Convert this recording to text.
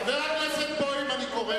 חבר הכנסת בוים, אני קורא